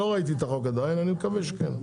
אני לא ראיתי את החוק עדיין אני מקווה שכן.